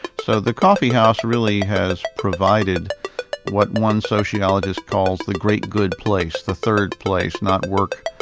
so the coffee house really has provided what one sociologist calls the great good place, the third place, not work,